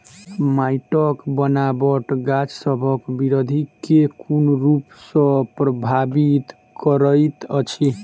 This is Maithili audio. माइटक बनाबट गाछसबक बिरधि केँ कोन रूप सँ परभाबित करइत अछि?